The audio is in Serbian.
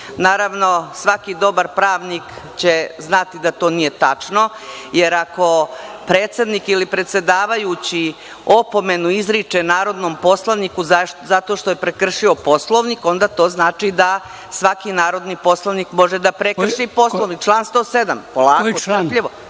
naravno, svaki dobar pravnik će znati da to nije tačno, jer ako predsednik ili predsedavajući opomenu izriče narodnom poslaniku zato što je prekršio Poslovnik, onda to znači da svaki narodni poslanik može da prekrši Poslovnik, član 107. **Dragoljub